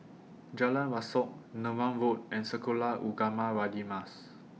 Jalan Rasok Neram Road and Sekolah Ugama Radin Mas